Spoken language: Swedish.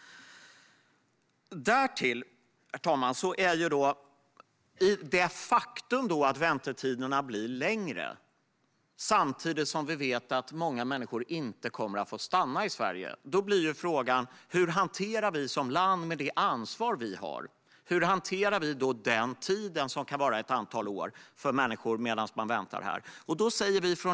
Väntetiderna blir längre samtidigt som vi vet att många inte kommer att få stanna i Sverige. Det leder till frågan: Hur hanterar vi som land det ansvar vi har? Hur hanterar vi den tiden, som kan vara ett antal år, för de människor som väntar här?